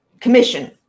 commission